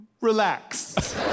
relax